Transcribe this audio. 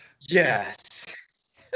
Yes